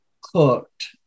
cooked